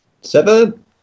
Seven